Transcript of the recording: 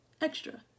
extra